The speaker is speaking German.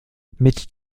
mit